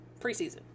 preseason